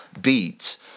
Beats